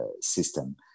system